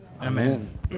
Amen